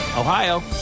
Ohio